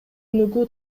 өнүгүү